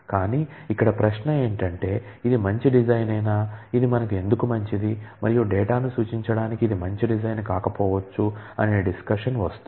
కానీ ఇక్కడ ప్రశ్న ఏంటంటే ఇది మంచి డిజైన్ యేన ఇది మనకు ఎందుకు మంచిది మరియు డేటాను సూచించడానికి ఇది మంచి డిజైన్ కాకపోవచ్చు అనే డిస్కషన్ వస్తుంది